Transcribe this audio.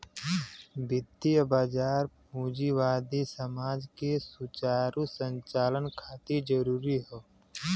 वित्तीय बाजार पूंजीवादी समाज के सुचारू संचालन खातिर जरूरी हौ